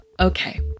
Okay